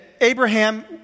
Abraham